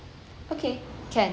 okay can